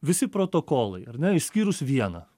visi protokolai ar ne išskyrus vieną